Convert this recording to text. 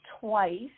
twice